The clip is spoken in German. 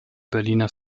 berliner